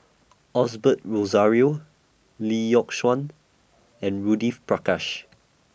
Osbert Rozario Lee Yock Suan and Judith Prakash